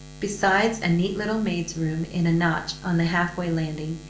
besides a neat little maid's room in a notch on the half-way landing,